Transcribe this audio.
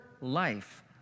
life